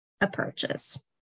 approaches